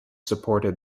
supported